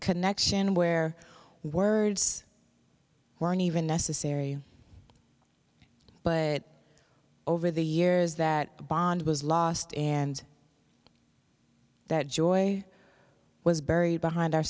connection where words weren't even necessary but over the years that bond was lost and that joy was buried behind our